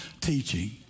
teaching